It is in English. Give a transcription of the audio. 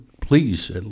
please